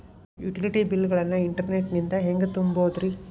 Utility bill ಗಳನ್ನ internet ನಿಂದ ಹೆಂಗ್ ತುಂಬೋದುರಿ?